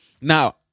now